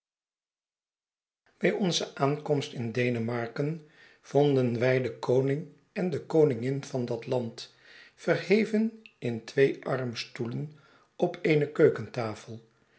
by onze aankomst in denemarken vonden wij den konirig en de koningin van dat land verheven in twee armstoelen op eene keukentafel